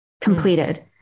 completed